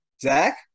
Zach